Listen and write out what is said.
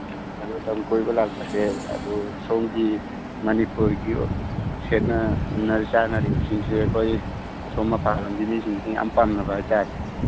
ꯑꯗꯨ ꯂꯝ ꯀꯣꯏꯕ ꯂꯥꯛꯄꯁꯦ ꯑꯗꯨ ꯁꯣꯝꯒꯤ ꯃꯅꯤꯄꯨꯔꯒꯤ ꯁꯦꯠꯅ ꯏꯟꯅ ꯆꯥꯅꯔꯤꯕꯁꯤꯡꯁꯦ ꯑꯩꯈꯣꯏ ꯑꯁꯣꯝ ꯃꯄꯥꯜꯂꯣꯝꯒꯤ ꯃꯤꯁꯤꯡꯁꯤꯅ ꯌꯥꯝꯅ ꯄꯥꯝꯅꯕ ꯍꯥꯏ ꯇꯥꯔꯦ